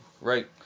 right